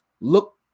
Look